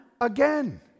again